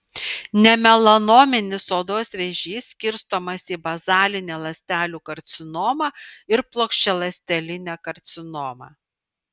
nemelanominis odos vėžys skirstomas į bazalinę ląstelių karcinomą ir plokščialąstelinę karcinomą